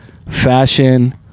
fashion